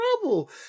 trouble